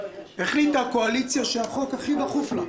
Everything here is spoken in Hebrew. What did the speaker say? החליטה הקואליציה שהחוק הכי דחוף לה הוא